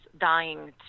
dying